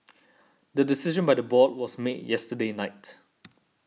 the decision by the board was made yesterday night